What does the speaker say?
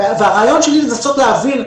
והרעיון שלי הוא לנסות להבהיר,